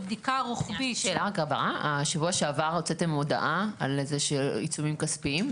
בשבוע שעבר הוצאתם הודעה על עיצומים כספיים כלשהם.